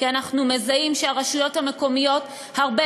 כי אנחנו מזהים שהרשויות המקומיות הרבה